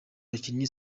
bakinnyi